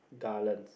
garlands